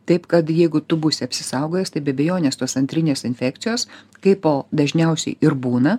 taip kad jeigu tu būsi apsisaugojęs tai be abejonės tos antrinės infekcijos kaipo dažniausiai ir būna